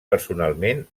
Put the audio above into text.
personalment